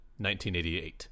1988